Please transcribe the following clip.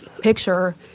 picture